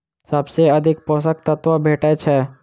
सबसँ अधिक पोसक तत्व भेटय छै?